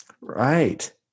Right